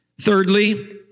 Thirdly